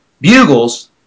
bugles